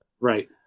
Right